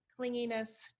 clinginess